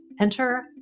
Enter